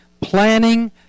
planning